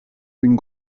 une